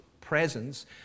presence